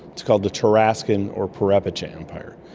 it's called the tarascan or purepecha empire.